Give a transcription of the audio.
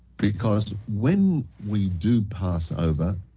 because when we do pass over,